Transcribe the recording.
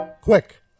Quick